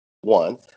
one